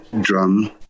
drum